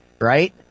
Right